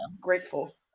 grateful